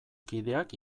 kideak